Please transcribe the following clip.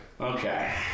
Okay